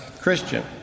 Christian